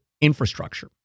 infrastructure